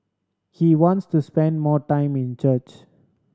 he wants to spend more time in church